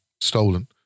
stolen